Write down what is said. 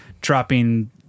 dropping